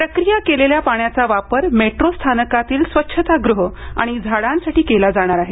प्रक्रिया केलेल्या पाण्याचा वापर मेट्रो स्थानकातील स्वच्छतागृह आणि झाडांसाठी केला जाणार आहे